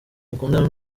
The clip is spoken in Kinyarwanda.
mukundana